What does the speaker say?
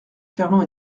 fernand